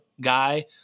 guy